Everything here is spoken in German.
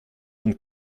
und